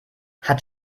hat